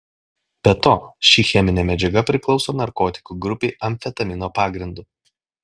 be to ši cheminė medžiaga priklauso narkotikų grupei amfetamino pagrindu